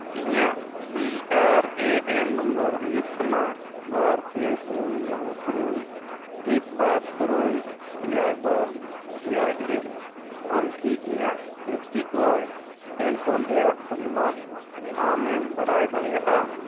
ᱤᱧᱟᱹᱜ P R A N number ᱦᱩᱭᱩᱜ ᱠᱟᱱᱟ ᱵᱟᱨ ᱯᱮ ᱯᱩᱱ ᱢᱚᱬᱮ ᱛᱩᱨᱩᱭ ᱢᱤᱫ ᱵᱟᱨ ᱛᱩᱨᱩᱭ ᱮᱭᱟᱭ ᱵᱟᱨ ᱮᱭᱟᱭ ᱤᱨᱟᱹᱞ ᱟᱢ ᱠᱤ ᱤᱧᱟᱹᱜ ᱮ ᱯᱤ ᱚᱣᱟᱭ ᱯᱮᱱᱥᱚᱱ ᱨᱮᱭᱟᱜ ᱯᱚᱨᱤᱢᱟᱱ ᱟᱢᱮᱢ ᱵᱟᱲᱟᱭ ᱫᱟᱲᱮᱭᱟᱜᱼᱟ